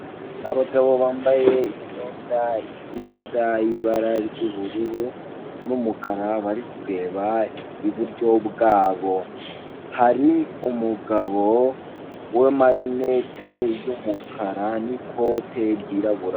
Abagabo bambaye imyenda isa ibara ry'ubururu n'umukara bari kureba iburyo bwabo, hari umugabo w'amarinete y'umukara nikote ryirabura.